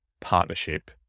partnership